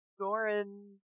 Goran